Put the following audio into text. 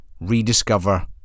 rediscover